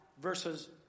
Versus